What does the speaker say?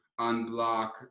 unblock